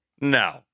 No